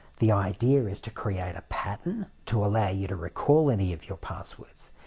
the idea is to create a pattern to allow you to recall any of your passwords.